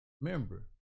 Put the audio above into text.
remember